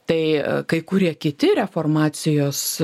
tai kai kurie kiti reformacijos